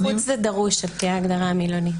נחוץ זה דרוש, על פי ההגדרה המילונית.